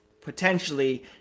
potentially